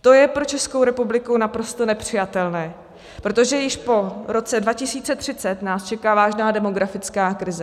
To je pro Českou republiku naprosto nepřijatelné, protože již po roce 2030 nás čeká vážná demografická krize.